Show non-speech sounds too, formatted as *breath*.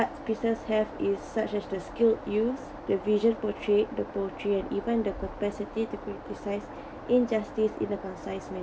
business have is such as the skilled use the visual portrait the poetry even the capacity to create precise *breath* injustice in the concise